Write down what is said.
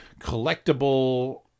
collectible